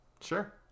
Sure